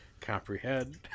comprehend